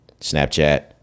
Snapchat